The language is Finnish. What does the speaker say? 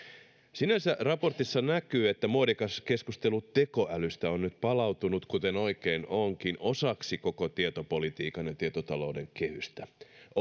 sinänsä raportissa näkyy että muodikas keskustelu tekoälystä on nyt palautunut kuten oikein onkin osaksi koko tietopolitiikan ja tietotalouden kehystä